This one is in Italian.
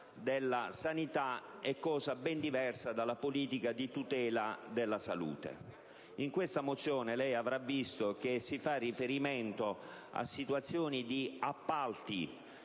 della sanità è cosa ben diversa dalla politica di tutela della salute. In questa mozione lei avrà notato che si fa riferimento a situazioni di appalti